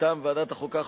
מטעם ועדת החוקה,